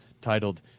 titled